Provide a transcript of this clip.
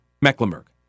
Mecklenburg